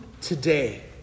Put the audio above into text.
today